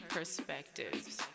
Perspectives